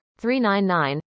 399